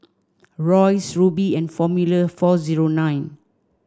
Royce Rubi and Formula four zero nine